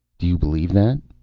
do you believe that?